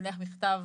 שולח מכתב,